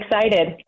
excited